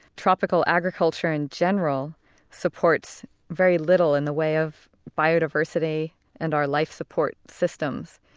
tropical agriculture in general supports very little in the way of biodiversity and our life support systems,